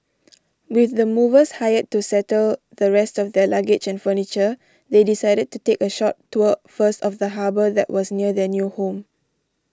with the movers hired to settle the rest of their luggage and furniture they decided to take a short tour first of the harbour that was near their new home